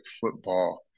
football